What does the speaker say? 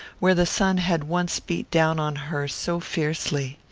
where the sun had once beat down on her so fiercely.